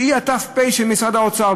שהיא הת"פ של משרד האוצר,